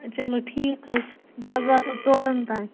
چلو ٹھیٖک حظ چھُ بہٕ حظ واتَو ژورَن تام